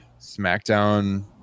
SmackDown